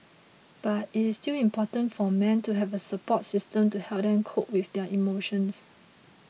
but it is still important for men to have a support system to help them cope with their emotions